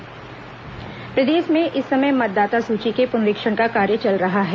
मतदाता सूची पुनरीक्षण प्रदेश में इस समय मतदाता सूची के पुनरीक्षण का कार्य चल रहा है